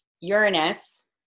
Uranus